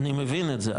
אני מבין את זה,